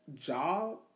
job